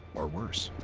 or worse.